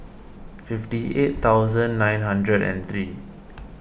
fifty eight thousand nine hundred and three